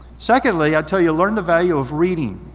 secondly i tell you, learn the value of reading.